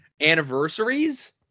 anniversaries